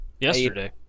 Yesterday